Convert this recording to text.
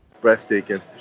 breathtaking